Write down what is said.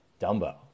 Dumbo